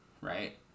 right